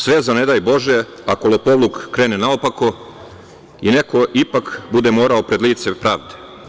Sve za ne daj Bože, ako lopovluk krene naopako i neko ipak bude morao pred lice pravde.